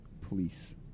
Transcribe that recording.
police